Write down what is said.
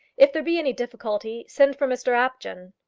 if there be any difficulty, send for mr apjohn.